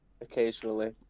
Occasionally